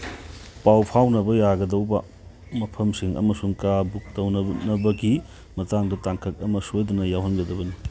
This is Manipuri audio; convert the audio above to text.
ꯄꯥꯎ ꯐꯥꯎꯅꯕ ꯌꯥꯒꯗꯧꯕ ꯃꯐꯝꯁꯤꯡ ꯑꯃꯁꯨꯡ ꯀꯥ ꯕꯨꯛ ꯇꯧꯅꯕꯒꯤ ꯃꯇꯥꯡꯗ ꯇꯥꯡꯀꯛ ꯑꯃ ꯁꯣꯏꯗꯅ ꯌꯥꯎꯍꯟꯒꯗꯕꯅꯤ